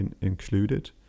included